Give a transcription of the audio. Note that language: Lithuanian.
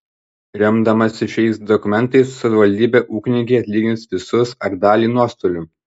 remdamasi šiais dokumentais savivaldybė ūkininkei atlygins visus ar dalį nuostolių